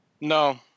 No